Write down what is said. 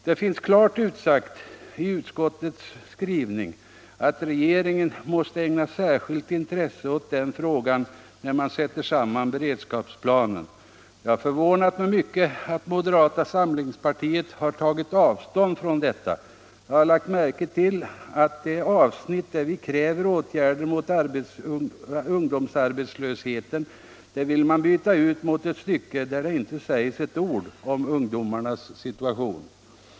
Det finns klart utsagt i utskottets skrivning att regeringen måste ägna särskilt intresse åt den frågan när man sätter samman beredskapsplanen. Det har förvånat mig mycket att moderata samlingspartiet har tagit avstånd också från detta. Jag har lagt märke till att det avsnitt där vi krävt åtgärder mot ungdomsarbetslösheten vill man byta ut mot ett stycke där det inte sägs ett ord om ungdomarnas situation.